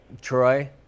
Troy